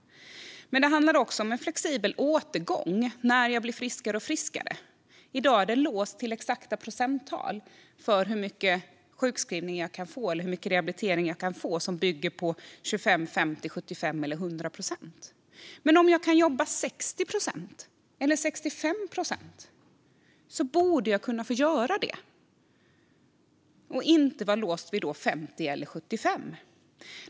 Det handlar också om en flexibel återgång när man blir allt friskare. I dag är detta låst till exakta procenttal - 25, 50, 75 eller 100 procent - när det gäller hur mycket sjukskrivning eller rehabilitering man kan få. Men om man kan jobba 60 eller 65 procent borde man kunna få göra det och inte vara låst vid 50 eller 75.